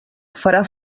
farà